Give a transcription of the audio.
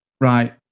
right